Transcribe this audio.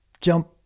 jump